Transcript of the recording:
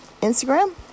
Instagram